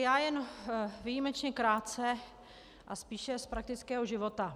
Já jen výjimečně krátce a spíš z praktického života.